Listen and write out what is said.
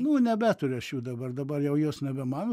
nu nebeturiu aš jau dabar dabar jau jos nebe mano